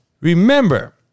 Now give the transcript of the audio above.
remember